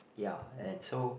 ya and so